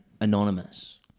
anonymous